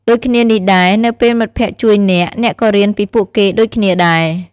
ដូចគ្នានេះដែរ នៅពេលមិត្តភក្តិជួយអ្នក អ្នកក៏រៀនពីពួកគេដូចគ្នាដែរ។